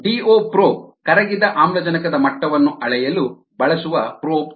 DO probe ಕರಗಿದ ಆಮ್ಲಜನಕದ ಮಟ್ಟವನ್ನು ಅಳೆಯಲು ಬಳಸುವ ಪ್ರೋಬ್